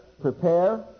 Prepare